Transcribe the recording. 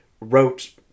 wrote